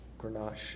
Grenache